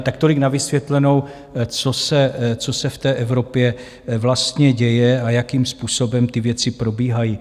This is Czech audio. Tak tolik na vysvětlenou, co se v té Evropě vlastně děje a jakým způsobem ty věci probíhají.